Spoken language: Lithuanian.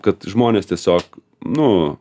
kad žmonės tiesiog nu